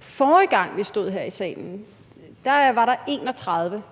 Forrige gang vi stod her i salen med det